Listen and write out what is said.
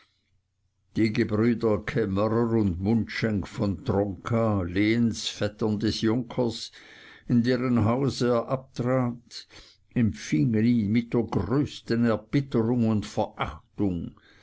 die gebrüder kämmerer und mundschenk von tronka lehnsvettern des junkers in deren hause er abtrat empfingen ihn mit der größesten erbitterung und verachtung